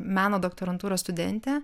meno doktorantūros studentė